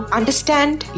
understand